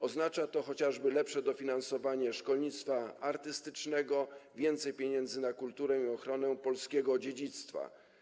Oznacza to chociażby lepsze dofinansowanie szkolnictwa artystycznego i więcej pieniędzy na kulturę i ochronę polskiego dziedzictwa.